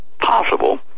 possible